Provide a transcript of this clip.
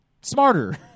smarter